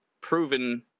proven